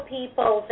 people